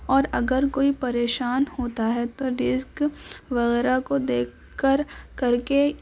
اور اگر کوئی پریشان ہوتا ہے تو رزق وغیرہ کو دیکھ کر کر کے